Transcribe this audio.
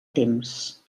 temps